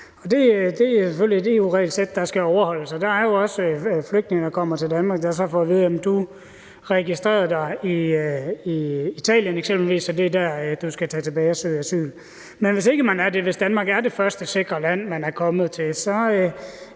et EU-regelsæt, der skal overholdes. Der er jo også flygtninge, der kommer til Danmark, og som så får at vide, at de har registreret sig i eksempelvis Italien, og at de skal tage tilbage dertil og søge asyl. Men hvis ikke man har det, hvis Danmark er det første sikre land, man er kommet til, så